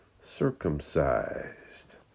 circumcised